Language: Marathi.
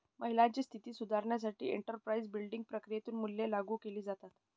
महिलांची स्थिती सुधारण्यासाठी एंटरप्राइझ बिल्डिंग प्रक्रियेतून मूल्ये लागू केली जातात